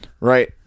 Right